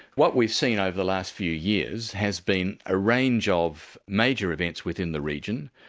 what we've seen over the last few years, has been a range of major events within the region,